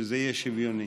ושזה יהיה שוויוני.